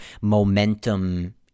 momentum